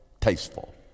tasteful